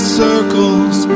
circles